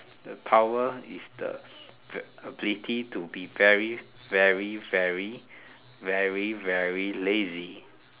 the power is the the ability to be very very very very very lazy